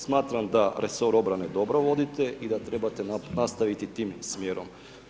Smatram da resor obrane dobro vodite i da trebate nastaviti tim smjerom.